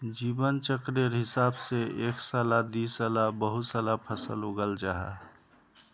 जीवन चक्रेर हिसाब से एक साला दिसाला बहु साला फसल उगाल जाहा